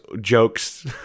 Jokes